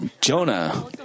Jonah